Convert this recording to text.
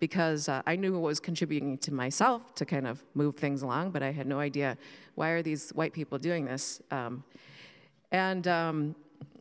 because i knew i was contributing to myself to kind of move things along but i had no idea why are these white people doing this and